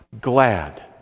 glad